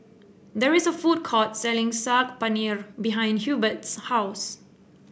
there is a food court selling Saag Paneer behind Hubert's house